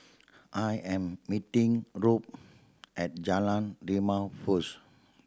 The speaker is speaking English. I am meeting Robb at Jalan Rimau first